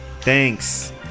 Thanks